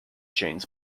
chains